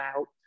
out